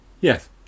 Yes